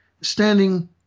standing